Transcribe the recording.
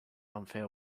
unfair